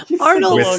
Arnold